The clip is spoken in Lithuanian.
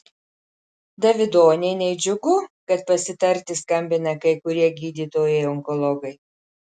davidonienei džiugu kad pasitarti skambina kai kurie gydytojai onkologai